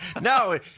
No